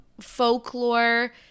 folklore